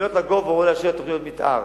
לבנות לגובה או לאשר תוכניות מיתאר.